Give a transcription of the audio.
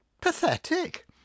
pathetic